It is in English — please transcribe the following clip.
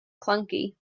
clunky